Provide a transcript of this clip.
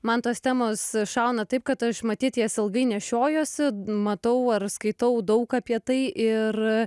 man tos temos šauna taip kad aš matyt jas ilgai nešiojuosi matau ar skaitau daug apie tai ir